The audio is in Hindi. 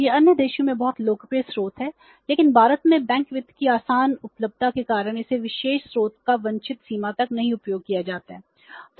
यह अन्य देशों में बहुत लोकप्रिय स्रोत है लेकिन भारत में बैंक वित्त की आसान उपलब्धता के कारण इस विशेष स्रोत का वांछित सीमा तक उपयोग नहीं किया जाता है